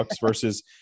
versus